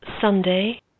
Sunday